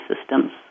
systems